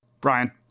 Brian